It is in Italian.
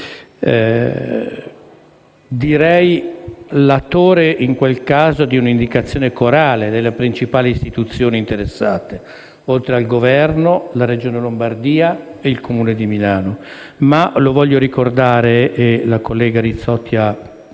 latori in quel caso di un'indicazione corale delle principali istituzioni interessate: oltre al Governo, la Regione Lombardia e il Comune di Milano. Ma voglio ricordare - e la collega Rizzotti ha ragione